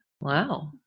Wow